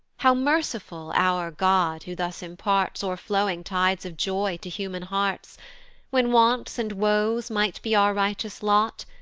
how merciful our god who thus imparts o'erflowing tides of joy to human hearts when wants and woes might be our righteous lot,